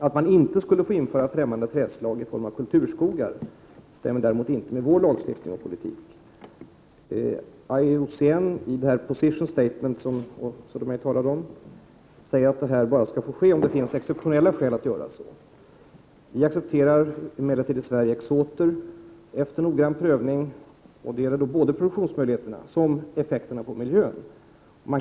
Att man inte skulle få införa ffrämmande trädslag i form av kulturskogar överensstämmer däremot inte med vår lagstiftning och politik. IUCN säger i det Position Statement som Åsa Domeij talade om att detta får ske bara om det föreligger exceptionella skäl. Vi i Sverige accepterar emellertid exoter, efter noggrann prövning. Det gäller då både produktionsmöjligheterna och effekterna på miljön.